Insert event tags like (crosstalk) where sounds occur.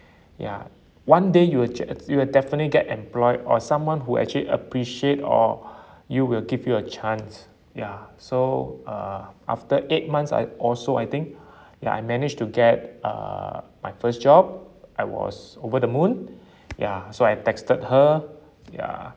ya one day you will g~ you will definitely get employed or someone who actually appreciate or (breath) you will give you a chance ya so uh after eight months I also I think (breath) ya I managed to get uh my first job I was over the moon (breath) ya so I texted her ya